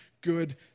good